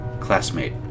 classmate